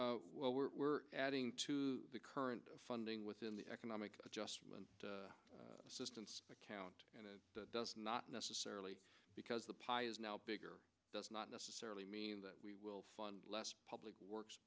here we're adding to the current funding within the economic adjustment assistance account and it does not necessarily because the pie is now bigger does not necessarily mean that we will less public works